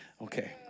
Okay